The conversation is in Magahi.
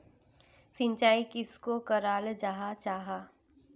सिंचाई किसोक कराल जाहा जाहा?